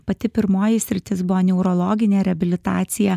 pati pirmoji sritis buvo neurologinė reabilitacija